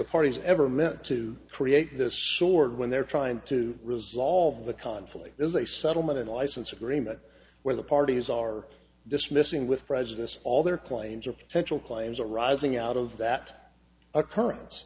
the parties ever meant to create this sort when they're trying to resolve the conflict there's a settlement in license agreement where the parties are dismissing with prejudice all their claims or potential claims arising out of that occurrence